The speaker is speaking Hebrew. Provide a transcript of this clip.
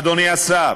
אדוני השר,